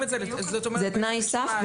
זה תנאי סף.